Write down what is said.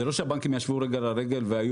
זה לא שהבנקים ישבו רגל על רגל והיו